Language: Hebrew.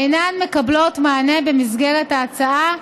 אינן מקבלות מענה במסגרת ההצעה,